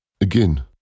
again